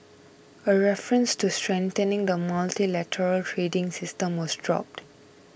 a reference to strengthening the multilateral trading system was dropped